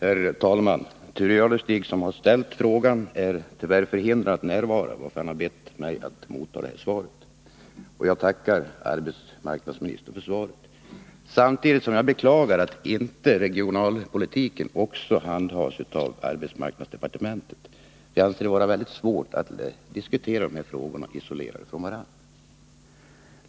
Herr talman! Thure Jadestig, som har ställt frågan, är tyvärr förhindrad att i dag närvara i riksdagen. Han har bett mig mottaga svaret. Jag tackar arbetsmarknadsministern för svaret, samtidigt som jag beklagar att inte regionalpolitiken också handhas av arbetsmarknadsdepartementet. Jag anser att det är mycket svårt att diskutera dessa frågor isolerade från varandra.